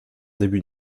début